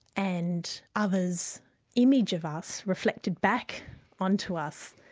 and others' image of us reflected back on to us,